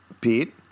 Pete